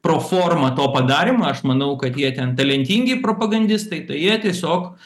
proformą to padarymo aš manau kad jie ten talentingi propagandistai tai jie tiesiog